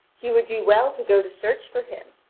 he would do well to go to search for him.